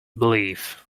believe